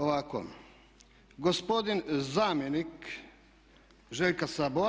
Ovako, gospodin zamjenik Željka Sabe